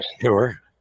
Sure